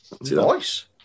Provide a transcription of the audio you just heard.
nice